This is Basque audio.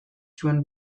zuen